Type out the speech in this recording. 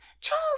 Charles